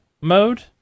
mode